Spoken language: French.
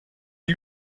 est